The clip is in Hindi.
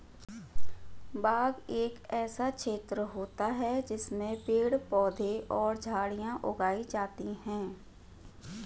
बाग एक ऐसा क्षेत्र होता है जिसमें पेड़ पौधे और झाड़ियां उगाई जाती हैं